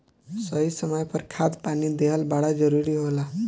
सही समय पर खाद पानी देहल बड़ा जरूरी होला